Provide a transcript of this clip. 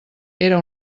era